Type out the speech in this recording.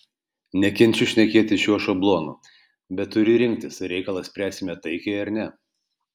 nekenčiu šnekėti šiuo šablonu bet turi rinktis ar reikalą spręsime taikiai ar ne